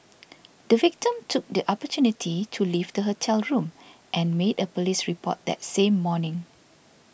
the victim took the opportunity to leave the hotel room and made a police report that same morning